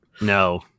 No